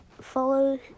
follow